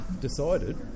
decided